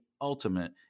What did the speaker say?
ultimate